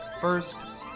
First